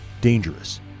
dangerous